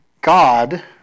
God